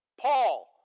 Paul